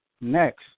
next